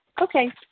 Okay